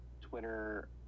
Twitter